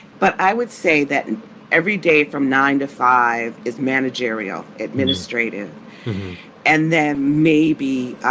but i would say that every day from nine to five is managerial, administrative and then maybe